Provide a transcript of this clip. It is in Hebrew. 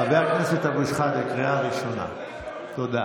חבר הכנסת אבו שחאדה, קריאה ראשונה, תודה.